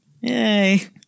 Yay